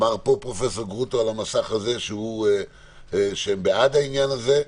פרופסור גרוטו אמר שהוא בעד העניין הזה.